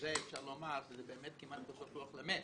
אפשר לומר שזה באמת כמעט כוסות רוח למת